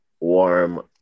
warm